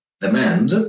demand